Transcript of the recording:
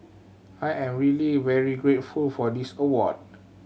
I'm really very grateful for this award